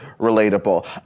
relatable